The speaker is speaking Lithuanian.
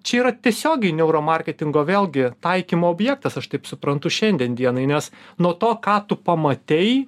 čia yra tiesiogiai neuro marketingo vėlgi taikymo objektas aš taip suprantu šiandien dienai nes nuo to ką tu pamatei